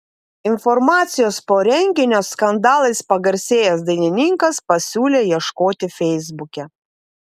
informacijos po renginio skandalais pagarsėjęs dainininkas pasiūlė ieškoti feisbuke